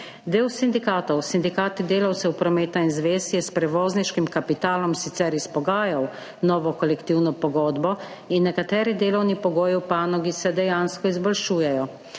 Del sindikatov, Sindikat delavcev prometa in zvez Slovenije, je s prevozniškim kapitalom sicer izpogajal novo kolektivno pogodbo in nekateri delovni pogoji v panogi se dejansko izboljšujejo.